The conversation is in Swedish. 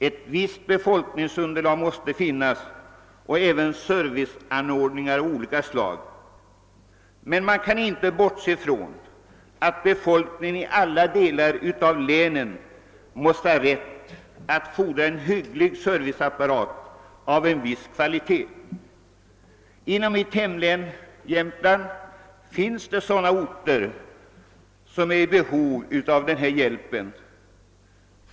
Ett visst befolkningsunderlag måste finnas och även serviceanordningar av olika slag. Men man kan inte bortse ifrån att befolkningen i alla delar av länet har rätt att fordra en hygglig serviceapparat. Inom Jämtlands län, mitt hemlän, finns orter som är i behov av sådan hjälp.